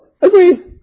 agreed